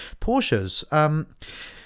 Porsche's